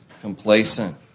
complacent